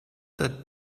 that